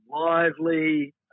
lively